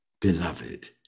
beloved